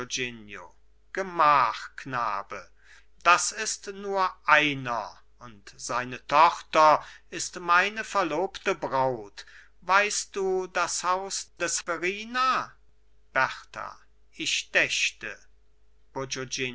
gemach knabe das ist nur einer und seine tochter ist meine verlobte braut weißt du das haus des verrina berta ich dächte